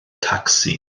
tacsi